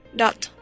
dot